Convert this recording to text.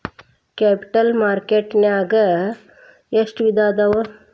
Capital market ನ್ಯಾಗ್ ಎಷ್ಟ್ ವಿಧಾಅವ?